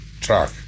track